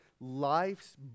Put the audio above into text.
Life's